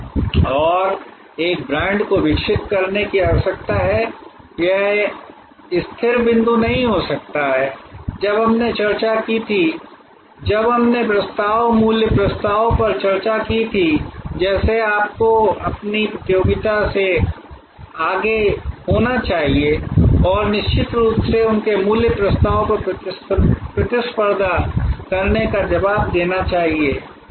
और एक ब्रांड को विकसित करने की आवश्यकता है यह स्थिर बिंदु नहीं हो सकता है जब हमने चर्चा की थी जब हमने प्रस्ताव मूल्य प्रस्ताव पर चर्चा की थी जैसे आपको अपनी प्रतियोगिता से आगे होना चाहिए और निश्चित रूप से उनके मूल्य प्रस्ताव पर प्रतिस्पर्धा करने का जवाब देना चाहिए